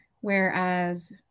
Whereas